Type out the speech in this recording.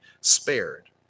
spared